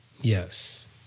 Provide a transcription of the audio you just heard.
Yes